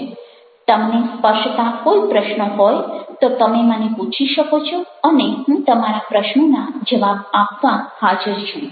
તમને સ્પર્શતા કોઇ પ્રશ્નો હોય તો તમે મને પૂછી શકો છો અને હું તમારા પ્રશ્નોના જવાબ આપવા હાજર છું